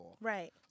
Right